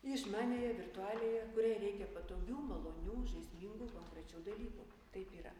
į išmaniąją virtualiąją kuriai reikia patogių malonių žaismingų konkrečių dalykų taip yra